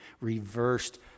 reversed